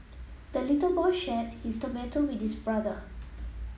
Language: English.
the little boy shared his tomato with his brother